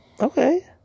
Okay